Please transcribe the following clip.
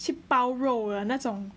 去包肉的那种